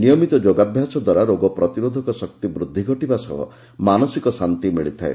ନିୟମିତ ଯୋଗାଭ୍ୟାସ ଦ୍ୱାରା ରୋଗ ପ୍ରତିରୋଧକ ଶକ୍ତି ବୃଦ୍ଧି ଘଟିବା ସହ ମାନସିକ ଶାନ୍ତି ମିଳିଥାଏ